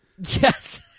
Yes